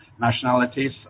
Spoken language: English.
nationalities